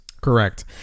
Correct